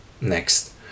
Next